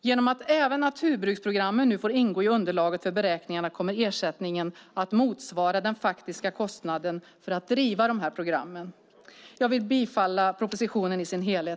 Genom att även naturbruksprogrammet nu får ingå i underlaget för beräkningarna kommer ersättningen att motsvara den faktiskt kostnaden för att driva dessa program. Jag yrkar bifall till propositionen i dess helhet.